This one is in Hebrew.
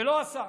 ולא עשה.